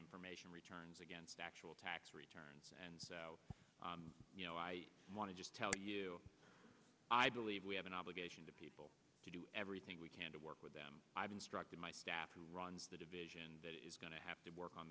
information returns against actual tax returns and you know i want to just tell you i believe we have an obligation to people to do everything we can to work with them i've instructed my staff who runs the division that is going to have to work on